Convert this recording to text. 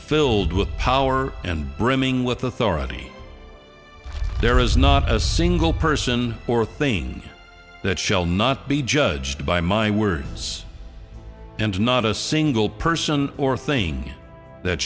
filled with power and brimming with authority there is not a single person or thing that shall not be judged by my words and not a single person or thing that